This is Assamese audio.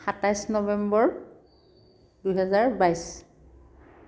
সাতাইছ নৱেম্বৰ দুহেজাৰ বাইছ